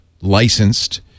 licensed